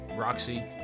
Roxy